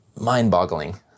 mind-boggling